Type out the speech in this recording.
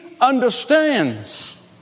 understands